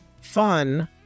fun